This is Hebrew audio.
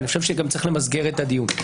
אני חושב שגם צריך למסגר את הדיון.